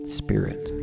spirit